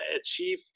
achieve